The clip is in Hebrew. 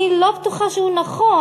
אני לא בטוחה שהוא נכון,